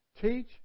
teach